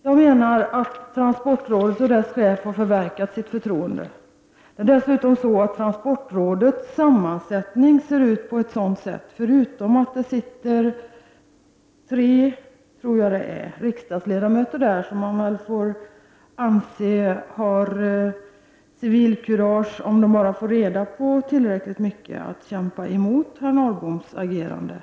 Jag menar att transportrådet och dess chef har förverkat sitt förtroende. I transportrådet sitter tre riksdagsledamöter som man väl får anse har civilkurage nog att om de får reda på tillräckligt mycket kämpa emot herr Norrboms agerande.